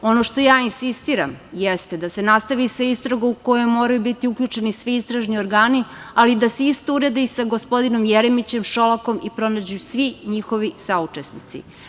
Ono što ja insistiram jeste da se nastavi sa istragom u koju moraju biti uključeni svi istražni organi ali da se isto uradi i sa gospodinom Jeremićem, Šolakom i pronađu svi njihovi saučesnici.